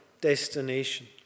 destination